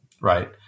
right